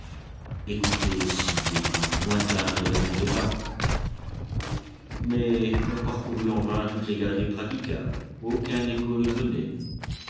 écoutait si des coups lointains ne répondaient pas mais on parcourut en vain toutes les galeries praticables aucun écho ne venait